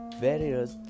various